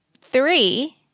Three